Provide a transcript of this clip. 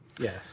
Yes